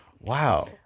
Wow